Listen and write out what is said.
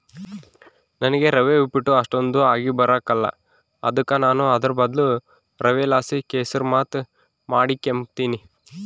ನನಿಗೆ ರವೆ ಉಪ್ಪಿಟ್ಟು ಅಷ್ಟಕೊಂದ್ ಆಗಿಬರಕಲ್ಲ ಅದುಕ ನಾನು ಅದುರ್ ಬದ್ಲು ರವೆಲಾಸಿ ಕೆಸುರ್ಮಾತ್ ಮಾಡಿಕೆಂಬ್ತೀನಿ